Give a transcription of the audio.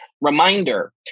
Reminder